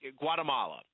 Guatemala